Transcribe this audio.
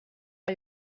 are